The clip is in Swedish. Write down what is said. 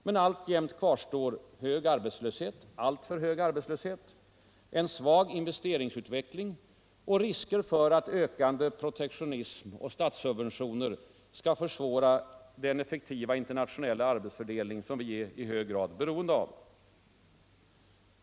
Men alltjämt kvarstår alltför hög arbetslöshet, en svag investeringsutveckling och risker för att ökande protektionism och statssubventioner skall försvåra den effektiva internationella arbetsfördelning som vi är i hög grad beroende av.